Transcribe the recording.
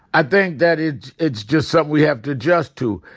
i think that it's it's just something we have to adjust to.